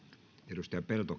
arvoisa